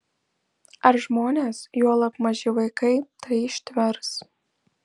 ar žmonės juolab maži vaikai tai ištvers